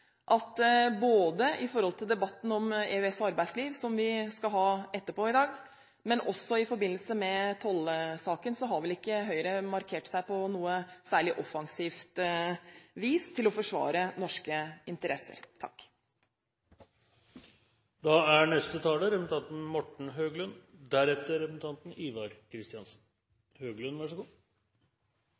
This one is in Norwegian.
at både når det gjelder debatten om EØS og arbeidsliv, som vi skal ha etterpå i dag, og i forbindelse med tollsaken, så har vel ikke Høyre markert seg på noe særlig offensivt vis til forsvar for norske interesser.